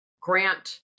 grant